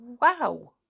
Wow